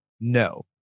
No